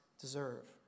deserve